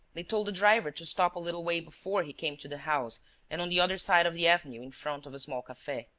they told the driver to stop a little way before he came to the house and on the other side of the avenue, in front of a small cafe.